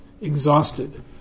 exhausted